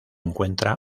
encuentra